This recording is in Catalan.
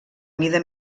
mida